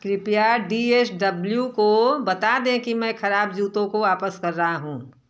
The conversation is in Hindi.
कृपया डी एस डबल्यू को बता दें कि मैं खराब जूतों को वापस कर रहा हूँ